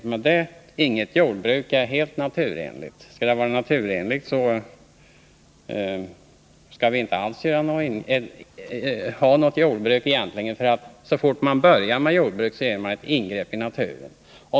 Han menar att inget jordbruk drivs helt naturenligt, eftersom man så snart man börjar med ett jordbruk gör ett ingreppi naturen.